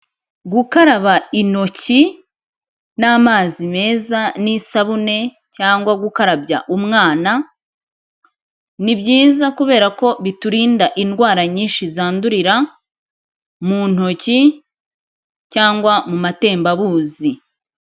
Kukaraba intoki n'amazi meza, n'isabune, cyangwa gukarabya umwana, ni byiza kubera ko biturinda indwara nyinshi zandurira mu ntoki, cyangwa mu matembabuzi.